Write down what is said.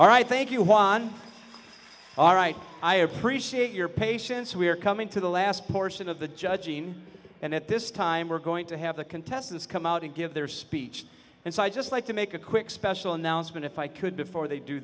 all right thank you juan all right i appreciate your patience we are coming to the last portion of the judging and at this time we're going to have the contestants come out and give their speech and so i'd just like to make a quick special announcement if i could before they do